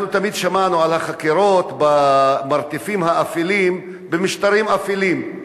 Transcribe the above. אנחנו תמיד שמענו על החקירות במרתפים האפלים במשטרים אפלים,